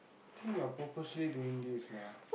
think you're purposely doing this lah